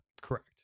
Correct